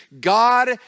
God